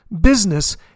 business